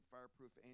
Fireproof